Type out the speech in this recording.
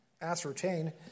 ascertain